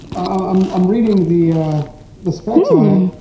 um i'm reading the the specs on it,